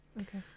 Okay